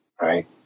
right